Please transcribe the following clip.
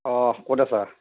অ ক'ত আছা